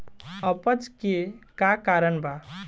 अपच के का कारण बा?